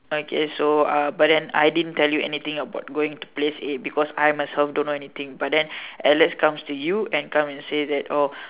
okay so uh but then I didn't tell you anything about going to this place A because I myself don't know anything but then Alex comes to you and come and say that oh